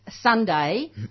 sunday